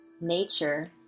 nature